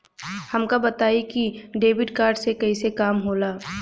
हमका बताई कि डेबिट कार्ड से कईसे काम होला?